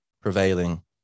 prevailing